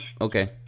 Okay